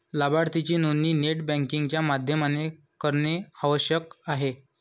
लाभार्थीची नोंदणी net banking च्या माध्यमाने करणे आवश्यक आहे